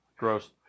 Gross